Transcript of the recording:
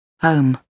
Home